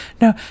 no